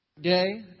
day